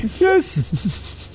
Yes